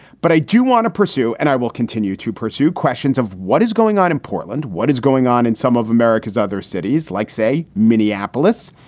but i do want to pursue and i will continue to pursue questions of what is going on in portland, what is going on in some of america's other cities like, say, minneapolis,